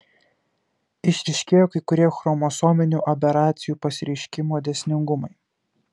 išryškėjo kai kurie chromosominių aberacijų pasireiškimo dėsningumai